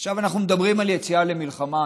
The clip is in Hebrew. עכשיו, אנחנו מדברים על יציאה למלחמה.